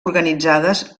organitzades